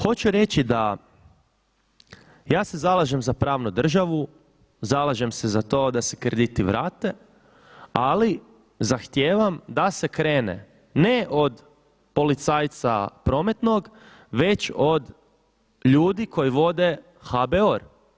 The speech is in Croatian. Hoću reći da ja se zalažem za pravnu državu, zalažem se za to da se krediti vrate ali zahtijevam da se krene ne od policajca prometnog, već od ljudi koji vode HBOR.